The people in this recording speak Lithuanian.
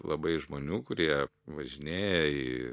labai žmonių kurie važinėja į